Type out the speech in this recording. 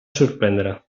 sorprendre